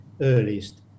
earliest